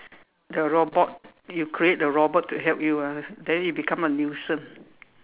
the robot you create the robot to help you ah then it become a nuisance